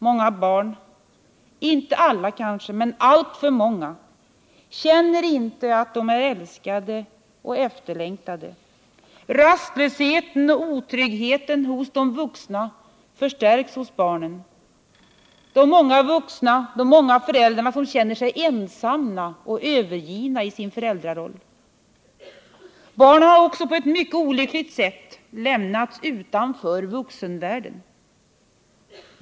Många barn — inte alla, men alltför många — känner inte att de är älskade och efterlängtade. Rastlösheten och otryggheten hos de vuxna förstärks hos barnen. Många föräldrar känner sig ensamma och övergivna i sin föräldraroll. Barnen har på ett mycket olyckligt sätt lämnats utanför vuxenvärlden.